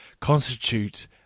constitute